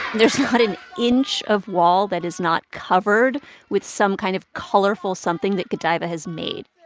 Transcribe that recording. there's not an inch of wall that is not covered with some kind of colorful something that godaiva has made.